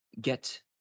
Get